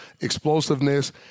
explosiveness